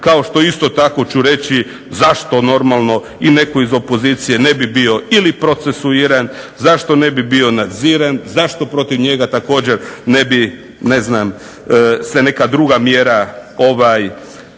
kao što isto tako ću reći zašto normalno i netko iz opozicije ne bi bio ili procesuiran, zašto ne bi bio nadziran, zašto protiv njega također ne bi ne znam se neka druga mjera bilo